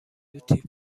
لوتی